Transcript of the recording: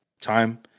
time